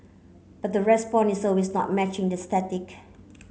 but the response is always not matching that statistic